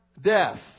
death